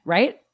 Right